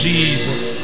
Jesus